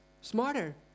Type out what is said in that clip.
smarter